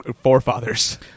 forefathers